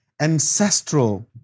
ancestral